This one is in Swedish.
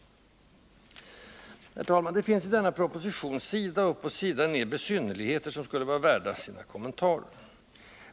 Herr talman! Det finns i denna proposition sida upp och sida ned besynnerligheter, som alla skulle vara värda sina kommentarer.